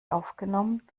aufgenommen